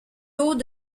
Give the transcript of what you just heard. haut